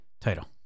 Title